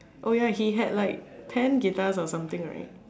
oh ya he had like ten guitars or something right